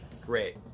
Great